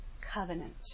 covenant